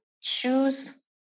choose